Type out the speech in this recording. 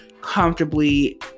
comfortably